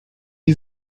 die